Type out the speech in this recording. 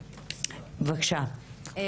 בבקשה, ענת.